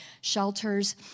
Shelters